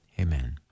Amen